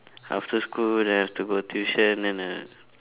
after school then I have to go tuition then uh